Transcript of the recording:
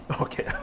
Okay